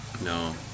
No